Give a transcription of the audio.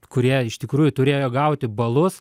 kurie iš tikrųjų turėjo gauti balus